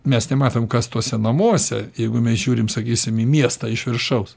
mes nematom kas tuose namuose jeigu mes žiūrim sakysim į miestą iš viršaus